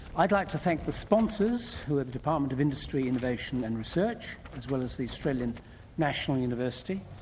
i'd like to thank the sponsors who are the department of industry innovation and research as well as the australian national university,